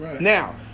Now